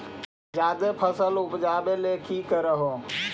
जादे फसल उपजाबे ले की कर हो?